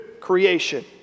creation